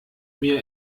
mir